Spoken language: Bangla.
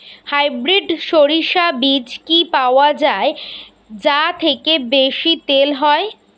হাইব্রিড শরিষা বীজ কি পাওয়া য়ায় যা থেকে বেশি তেল হয়?